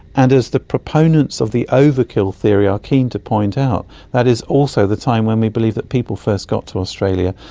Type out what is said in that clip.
and as the proponents of the overkill theory are keen to point out, that is also the time when we believe that people first got to australia.